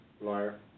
Lawyer